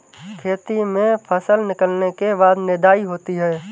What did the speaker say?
खेती में फसल निकलने के बाद निदाई होती हैं?